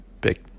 Big